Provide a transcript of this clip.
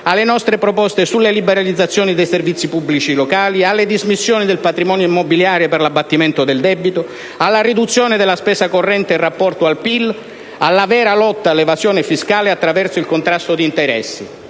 alle nostre proposte sulle liberalizzazioni dei servizi pubblici locali, alle dismissioni del patrimonio immobiliare per l'abbattimento del debito, alla riduzione della spesa corrente in rapporto al PIL, alla vera lotta all'evasione fiscale attraverso il contrasto di interessi,